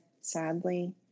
sadly